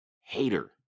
hater